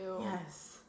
Yes